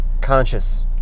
Conscious